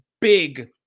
big